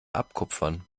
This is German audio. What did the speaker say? abkupfern